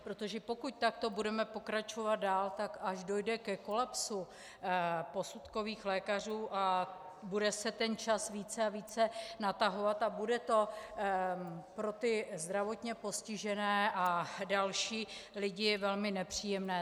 Protože pokud takto budeme pokračovat dál, tak až dojde ke kolapsu posudkových lékařů a bude se ten čas více a více natahovat, tak to bude pro ty zdravotně postižené a další lidi velmi nepříjemné.